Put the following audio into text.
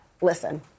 Listen